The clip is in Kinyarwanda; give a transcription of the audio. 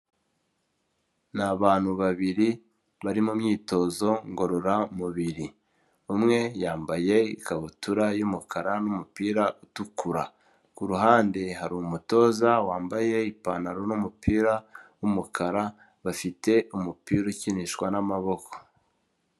Ni bantu babiri bari mumyitozo ngororamubiri umwe yambaye ikabutura yumukara numupira utukura, kuruhande hari umutoza wambaye ipantaro n'umupira w'umukara bafite umupira ukinishwa n'amaboko.